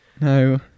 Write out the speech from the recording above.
no